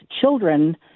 children